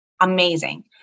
amazing